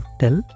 tell